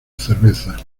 cerveza